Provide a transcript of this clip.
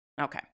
Okay